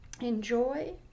Enjoy